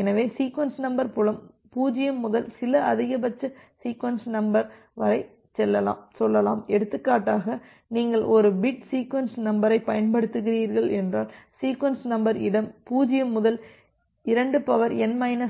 எனவே sequence number புலம் 0 முதல் சில அதிகபட்ச சீக்வென்ஸ் நம்பர் வரை சொல்லலாம் எடுத்துக்காட்டாக நீங்கள் ஒரு பிட் சீக்வென்ஸ் நம்பரைப் பயன்படுத்துகிறீர்கள் என்றால் சீக்வென்ஸ் நம்பர் இடம் 0 முதல் 2n